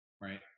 right